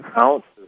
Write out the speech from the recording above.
ounces